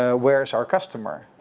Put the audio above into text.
ah where is our customer?